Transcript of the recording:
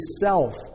self